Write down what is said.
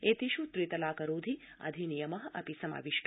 एतेष् त्रि तलाकरोधि अधिनियम अपि समाविष्ट